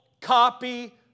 copy